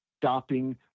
stopping